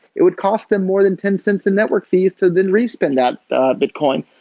it would cost them more than ten cents in network fees to then re-spend that bitcoin.